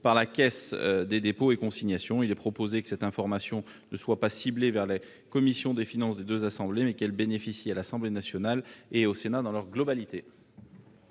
par la Caisse des dépôts et consignations. Il est proposé que cette information ne soit pas réservée aux seules commissions des finances des deux assemblées, mais qu'elle soit adressée à l'Assemblée nationale et au Sénat dans leur globalité.